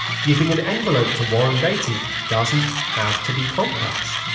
giving an envelope to warren beatty doesn't have to be complex,